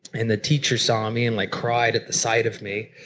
and the teacher saw me and like cried at the sight of me.